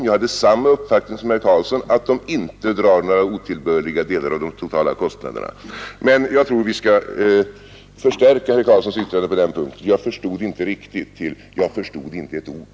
Jag har samma uppfattning som han, att administrationskostnaderna inte drar någon otillbörlig stor del av totalkostnaderna. Jag vill förstärka Göran Karlssons ord på denna punkt från ”jag förstod inte riktigt” till ”jag förstod inte ett ord”.